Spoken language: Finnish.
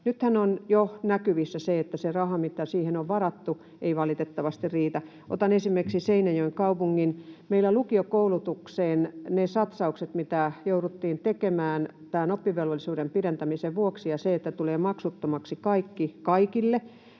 Nythän on jo näkyvissä se, että se raha, mitä siihen on varattu, ei valitettavasti riitä. Otan esimerkiksi Seinäjoen kaupungin. Meillä lukiokoulutukseen niistä satsauksista, mitä jouduttiin tekemään tämän oppivelvollisuuden pidentämisen vuoksi ja sen vuoksi, että tulee maksuttomaksi kaikki kaikille